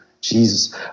Jesus